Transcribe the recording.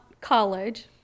college